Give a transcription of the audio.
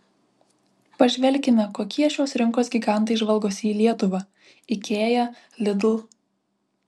pažvelkime kokie šios rinkos gigantai žvalgosi į lietuvą ikea lidl